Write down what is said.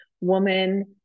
woman